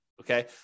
okay